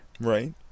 Right